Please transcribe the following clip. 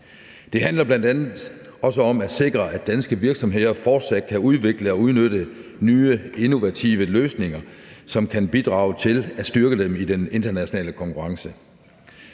Det handler bl.a. om at sikre, at danske virksomheder fortsat kan udvikle og udnytte nye innovative løsninger, som kan bidrage til at styrke dem i den internationale konkurrence.